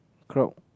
crowd